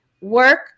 work